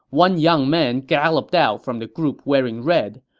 one young man galloped out from the group wearing red.